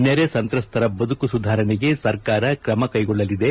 ನೆರೆ ಸಂತ್ರಸ್ತರ ಬದುಕು ಸುಧಾರಣೆಗೆ ಸರಕಾರ ಕ್ರಮ ಕೈಗೊಳ್ಳಲಿದೆ